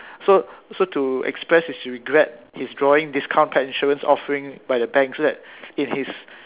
so so to express his regret he's drawing discount pet insurance offering by the banks so that in his